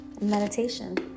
meditation